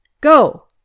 Go